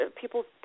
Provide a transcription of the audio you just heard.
People